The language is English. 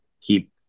keep